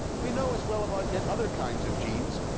we know, as well, about yet other kinds of genes.